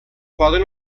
poden